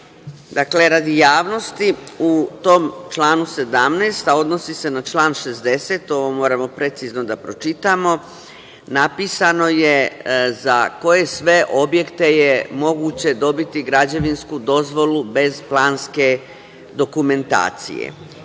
Dakle, radi javnosti u tom članu 17, a odnosi se na član 60, ovo moramo precizno da pročitamo, napisano za koje sve objekte je moguće dobiti građevinsku dozvolu bez planske dokumentacije.